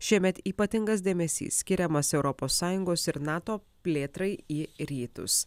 šiemet ypatingas dėmesys skiriamas europos sąjungos ir nato plėtrai į rytus